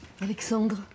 Alexandre